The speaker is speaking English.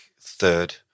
third